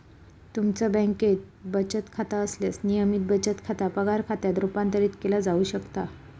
तुमचा बँकेत बचत खाता असल्यास, नियमित बचत खाता पगार खात्यात रूपांतरित केला जाऊ शकता